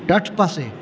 તટ પાસે